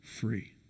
free